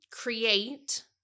create